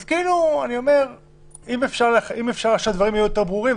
אז אם אפשר שהדברים יהיו יותר ברורים,